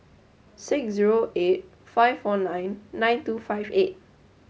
six zero eight five four nine nine two five eight